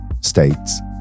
states